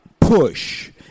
push